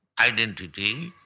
identity